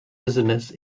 business